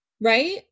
Right